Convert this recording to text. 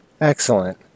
Excellent